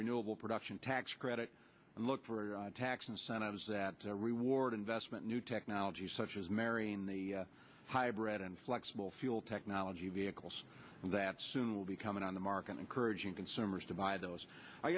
renewable production tax credit and look for a tax incentives that reward investment new technologies such as marrying the hybrid and flexible fuel technology vehicles that soon will be coming on the market encouraging consumers to buy those i